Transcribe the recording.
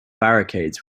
barricades